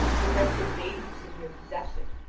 the wretched maidens in your possession.